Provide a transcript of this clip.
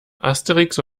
asterix